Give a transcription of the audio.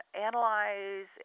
analyze